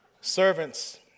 Servants